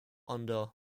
under